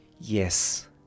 Yes